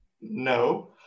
No